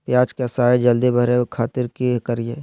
प्याज के साइज जल्दी बड़े खातिर की करियय?